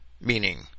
meaning